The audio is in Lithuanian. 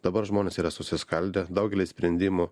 dabar žmonės yra susiskaldę daugelį sprendimų